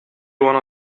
one